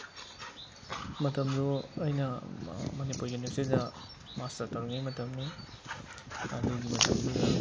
ꯃꯇꯝꯗꯣ ꯑꯩꯅ ꯃꯅꯤꯄꯨꯔ ꯌꯨꯅꯤꯚꯔꯁꯤꯇꯤꯗ ꯃꯥꯁꯇꯔ ꯇꯧꯔꯤꯉꯩꯒꯤ ꯃꯇꯝꯅꯤ ꯑꯗꯨꯒꯤ ꯃꯇꯝꯗꯨꯗ